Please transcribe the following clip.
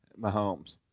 Mahomes